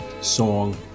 song